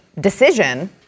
decision